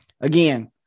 again